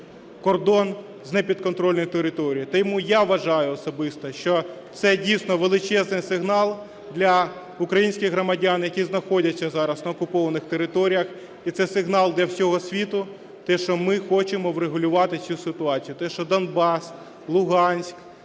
кордон з непідконтрольною територією. Тому я вважаю особисто, що це, дійсно, величезний сигнал для українських громадян, які знаходяться зараз на окупованих територіях, і це сигнал для всього світу – те, що ми хочемо врегулювати цю ситуацію, те, що Донбас, Луганськ,